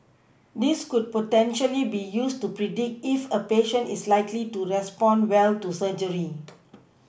this could potentially be used to predict if a patient is likely to respond well to surgery